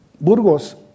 Burgos